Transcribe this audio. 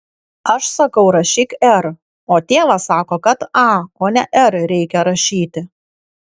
aš sakau rašyk r o tėvas sako kad a o ne r reikia rašyti